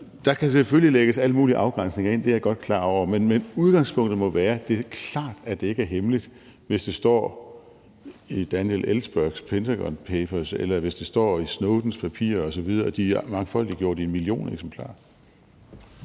Der kan selvfølgelig lægges alle mulige afgrænsninger ind; det er jeg godt klar over, men udgangspunktet må være, at det er klart, at det ikke er hemmeligt, hvis det står i Daniel Ellsbergs Pentagon Papers, eller hvis det står i Edward Snowdens papirer osv., og de er mangfoldiggjort i en million eksemplarer.